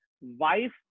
Wife